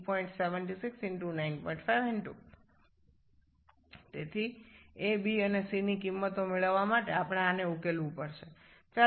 1109 C6H1495 O2376N2a bc37695N2 সুতরাং a b এবং c এর মান পেতে আমাদের এটি সমাধান করতে হবে